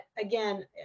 again